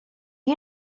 you